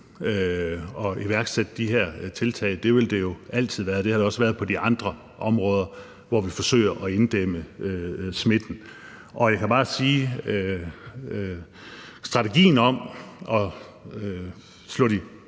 at iværksætte de her tiltag. Det vil det jo altid være. Det har det også været på de andre områder, hvor vi forsøger at inddæmme smitten. Og jeg kan bare sige, at strategien om at slå ned